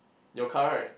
your car right